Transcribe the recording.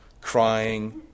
crying